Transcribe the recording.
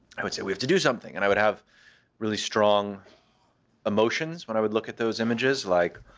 i would say, we have to do something. and i would have really strong emotions when i would look at those images, like